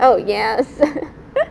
oh yes